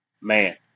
man